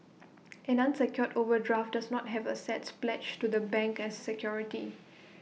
an unsecured overdraft does not have assets pledged to the bank as security